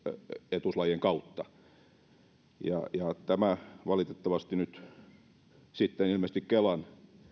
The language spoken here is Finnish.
etuuslajien kautta ja valitettavasti nyt sitten ilmeisesti kelan